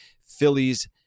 Phillies